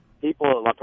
people